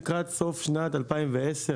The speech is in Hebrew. לקראת סוף שנת 2010,